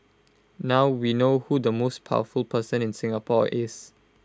now we know who the most powerful person in Singapore is